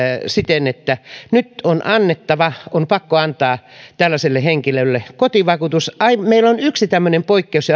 että nyt on annettava on pakko antaa tällaiselle henkilölle kotivakuutus meillä on yksi tämmöinen poikkeus